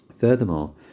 Furthermore